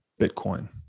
Bitcoin